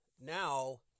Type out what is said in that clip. now